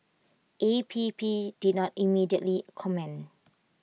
A P P did not immediately comment